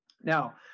Now